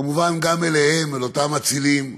כמובן, גם אליהם, אל אותם מצילים: